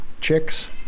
chicks